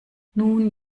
nun